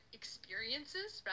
experiences